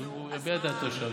אז הוא יביע את דעתו שם.